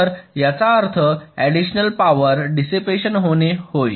तर याचा अर्थ ऍडिशनल पावर डिसिपेशन होणे होय